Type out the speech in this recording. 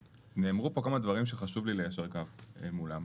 נאמרו כאן כמה דברים שחשוב לי לישר קו מולם.